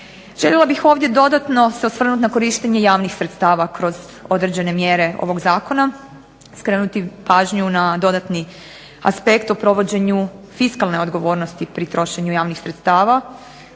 Željela bih ovdje dodatno se osvrnuti na korištenje javnih sredstava kroz određene mjere ovog zakona, skrenuti pažnju na dodatni aspekt o provođenju fiskalne odgovornosti pri trošenju javnih sredstava,